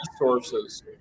resources